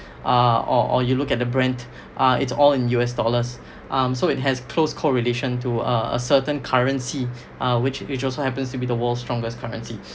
uh or or you look at the brand ah it's all in U_S dollars um so it has close correlation to a certain currency uh which which also happens to be the world's strongest currency